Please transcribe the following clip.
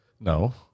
No